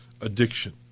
addiction